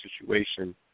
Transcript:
situation